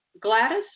Gladys